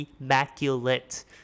immaculate